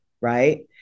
right